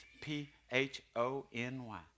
P-H-O-N-Y